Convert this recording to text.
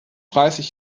dreißig